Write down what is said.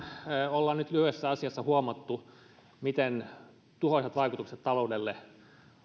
ollaan nyt lyhyessä ajassa huomattu miten tuhoisat vaikutukset taloudelle